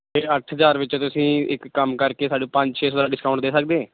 ਅਤੇ ਅੱਠ ਹਜ਼ਾਰ ਵਿੱਚ ਤੁਸੀਂ ਇੱਕ ਕੰਮ ਕਰਕੇ ਸਾਢੇ ਪੰਜ ਛੇ ਸੌ ਦਾ ਡਿਸਕਾਊਂਟ ਦੇ ਸਕਦੇ